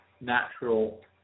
natural